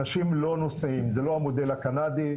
אנשים לא נוסעים, זה לא המודל הקנדי,